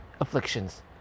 afflictions